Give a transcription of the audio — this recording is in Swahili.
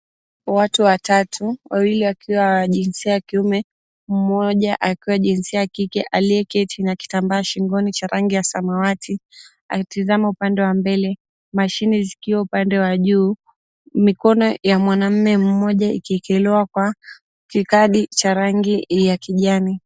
Watu watatu, wawili wakiwa wa jinsia ya kiume, mmoja akiwa wa jinsia ya kike aliyeketi na kitambaa shingoni cha rangi ya samawati, akitazama upande wa mbele, mashine zikiwa upande wa juu, mikono ya mwanaume mmoja ikiekelewa kwa kikadi cha rangi ya kijani.